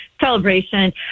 celebration